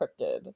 cryptid